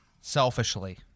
Selfishly